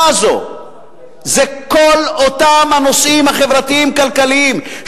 הזאת זה כל אותם נושאים חברתיים-כלכליים.